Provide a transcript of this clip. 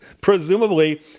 presumably